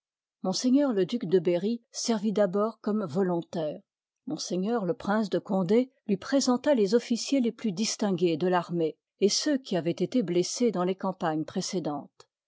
m le duc de berry i iv i servît d'abord comme volontaire m le prince de coridé lui présenta les officier les plus distingués de l'armée et ceux qui avoient été blessés dans les campagnes précédentes